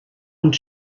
und